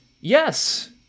Yes